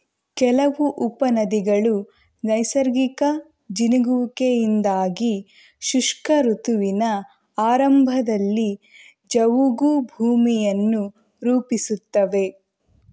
ಕೆಲವು ಉಪನದಿಗಳು ನೈಸರ್ಗಿಕ ಜಿನುಗುವಿಕೆಯಿಂದಾಗಿ ಶುಷ್ಕ ಋತುವಿನ ಆರಂಭದಲ್ಲಿ ಜವುಗು ಭೂಮಿಯನ್ನು ರೂಪಿಸುತ್ತವೆ